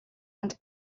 and